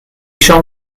siôn